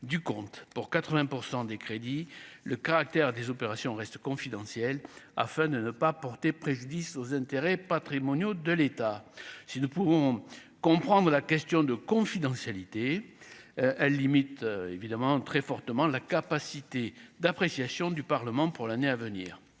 pour 80 % des crédits, le caractère des opérations restent confidentielles, afin de ne pas porter préjudice aux intérêts patrimoniaux de l'État, si nous pouvons comprendre la question de confidentialité à limite évidemment très fortement la capacité d'appréciation du Parlement pour l'année à venir,